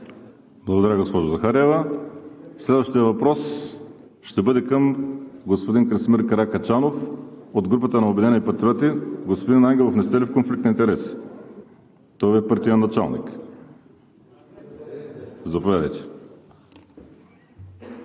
Благодаря, госпожо Захариева. Следващият въпрос ще бъде към господин Красимир Каракачанов от групата на „Обединени патриоти“. Господин Ангелов, не сте ли в конфликт на интереси? Той Ви е партиен началник. (Оживление.)